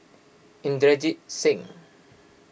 Inderjit Singh